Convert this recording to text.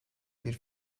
bir